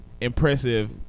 impressive